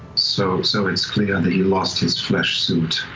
so so it's clear that he lost his flesh suit,